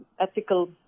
ethical